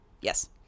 Yes